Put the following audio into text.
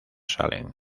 salen